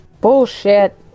Bullshit